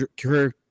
career